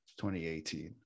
2018